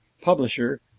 publisher